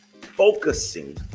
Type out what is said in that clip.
focusing